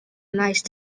nice